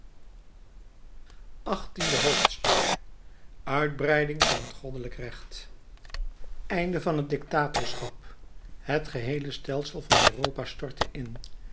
achttiende hoofdstuk uitbreiding van het goddelijk recht einde van het dictatorschap het geheele stelsel van europa stortte in